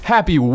Happy